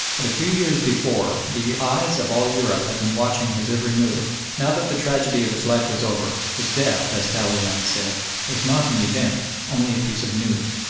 but a few years before the eyes of all europe had been watching his every move, now that the tragedy of his life was over, his death, as talleyrand said, was not an event, only a piece of news,